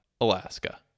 alaska